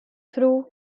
through